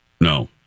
No